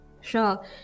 Sure